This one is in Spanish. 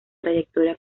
trayectoria